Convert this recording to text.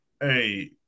Hey